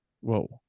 Whoa